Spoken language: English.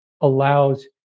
allows